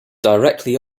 directly